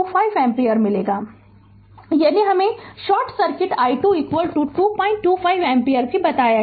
Refer Slide Time 3559 यानी हमे short circuit i2 225 ampere भी बताया